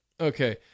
Okay